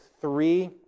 three